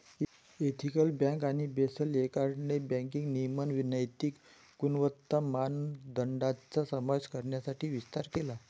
ethical bank आणि Basel एकॉर्डने banking नियमन नैतिक गुणवत्ता मानदंडांचा समावेश करण्यासाठी विस्तार केला